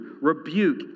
rebuke